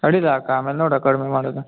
ಅಡ್ಡಿಲ್ಲ ಅಕ್ಕ ಆಮೇಲೆ ನೋಡುವ ಕಡಿಮೆ ಮಾಡೋದು